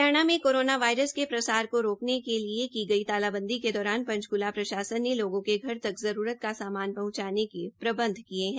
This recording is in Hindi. हरियाणा में कोरोना वायरस के प्रसार को रोकने के लिए की गई तालाबंदी के दौरान पंचकुला प्रशासन ने लोगों के घर तक जरूरत का सामान पहंचाने के प्रबंध किये है